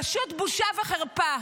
פשוט בושה וחרפה.